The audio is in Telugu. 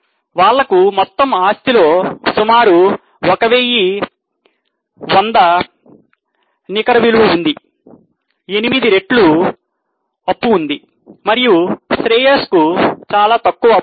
వాళ్లకు మొత్తం ఆస్తి లో సుమారు 1000 100 నికర విలువ ఉంది ఎనిమిది రెట్లు అప్పు ఉంది మరియు శ్రేయస్ కు చాలా తక్కువ అప్పు ఉంది